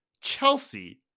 Chelsea